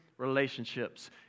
relationships